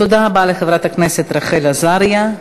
תודה רבה לחברת הכנסת רחל עזריה.